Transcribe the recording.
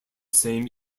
same